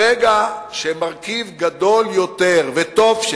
ברגע שרכיב גדול יותר, וטוב שכך,